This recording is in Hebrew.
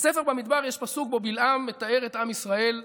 בספר במדבר יש פסוק שבו בלעם מתאר את עם ישראל,